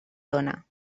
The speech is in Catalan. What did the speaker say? dóna